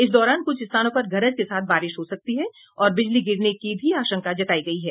इस दौरान कुछ स्थानों पर गरज के साथ बारिश हो सकती है और बिजली गिरने की भी आशंका जताई गयी है